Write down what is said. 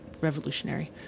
revolutionary